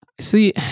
See